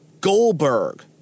Goldberg